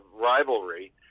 rivalry